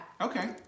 Okay